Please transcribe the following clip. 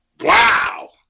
Wow